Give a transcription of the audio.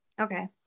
Okay